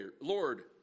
Lord